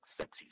sexy